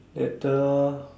at